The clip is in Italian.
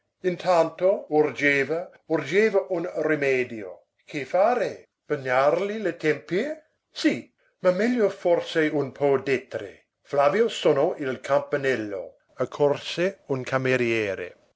intanto urgeva urgeva un rimedio che fare bagnargli le tempie sì ma meglio forse un po d'etere flavia sonò il campanello accorse un cameriere